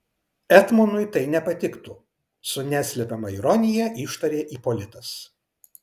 etmonui tai nepatiktų su neslepiama ironija ištarė ipolitas